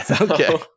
Okay